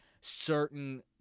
certain